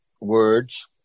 words